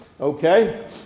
okay